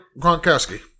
Gronkowski